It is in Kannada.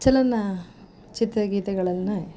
ಚಲನಚಿತ್ರ ಗೀತೆಗಳನ್ನ